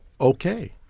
okay